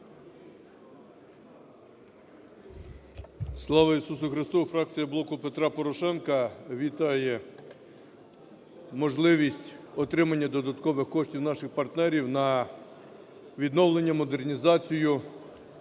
Слава Ісусу Христу! Фракція "Блоку Петра Порошенка" вітає можливість отримання додаткових коштів наших партнерів на відновлення,